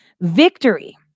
Victory